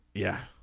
yeah.